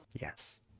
Yes